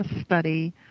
study